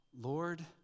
Lord